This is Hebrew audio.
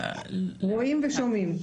בעיקר באמצעות חבילות דואר.